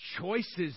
choices